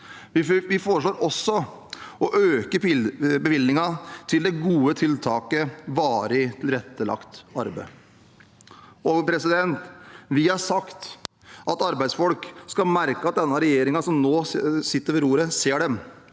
Vi foreslår også å øke bevilgningen til det gode tiltaket varig tilrettelagt arbeid. Vi har sagt at arbeidsfolk skal merke at den regjeringen som nå sitter ved roret, ser dem.